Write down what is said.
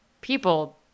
People